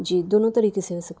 جی دونوں طریقے سے ہو سکتا